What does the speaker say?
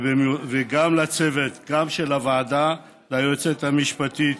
וגם לצוות של הוועדה, ליועצת המשפטית